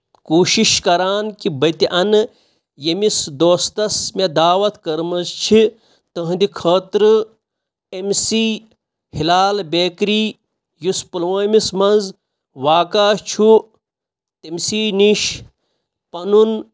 کوٗشِش کران کہِ بہٕ تہِ اَنہٕ ییٚمِس دوستَس مےٚ دعوت کٔرمٕژ چھِ تُہٕنٛدِ خٲطرٕ أمسی ہِلال بیکری یُس پُلوٲمِس منٛز واقع چھُ تٔمسی نِش پَنُن